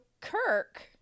kirk